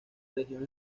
región